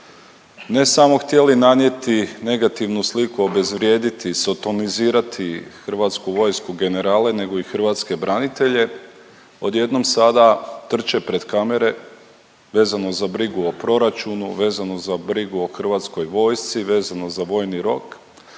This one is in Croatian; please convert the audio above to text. ne samo htjeli nanijeti negativnu sliku, obezvrijediti, sotonizirati hrvatsku vojsku, generale nego i hrvatske branitelje odjednom sada trče pred kamere vezano za brigu o proračunu, vezanu za brigu o hrvatskoj vojsci, vezano za vojni rok.